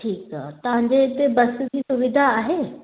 ठीकु आहे तव्हांजे हिते बस जी सुविधा आहे